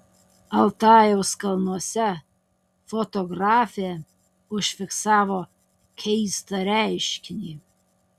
altajaus kalnuose fotografė užfiksavo keistą reiškinį